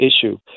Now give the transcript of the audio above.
issue